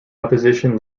opposition